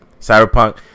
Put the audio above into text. Cyberpunk